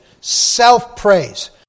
self-praise